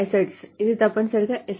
assets ఇది తప్పనిసరిగా S